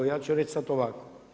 Ja ću reći sada ovako.